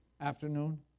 afternoon